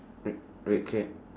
red red crate